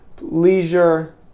Leisure